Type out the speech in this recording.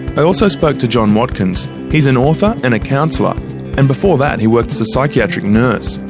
i also spoke to john watkins he's an author and a counsellor and before that he worked as a psychiatric nurse.